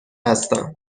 هستم